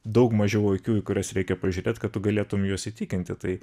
daug mažiau akių į kurias reikia pažiūrėt kad tu galėtum juos įtikinti tai